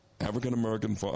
African-American